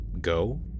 go